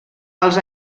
els